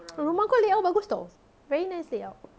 rumah kau layout bagus [tau] very nice layout